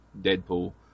Deadpool